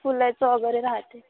फुलाचं वगैरे राहते